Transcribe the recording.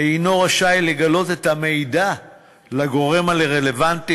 אינו רשאי לגלות את המידע לגורם הרלוונטי